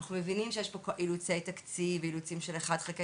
אנחנו מבינים שיש פה אילוצי תקציב ואילוצים של 1/12